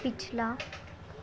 ਪਿਛਲਾ